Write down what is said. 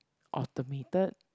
automated